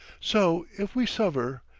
so, if we suffer,